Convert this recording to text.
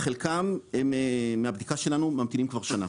חלקם הם מהבדיקה שלנו ממתינים כבר שנה,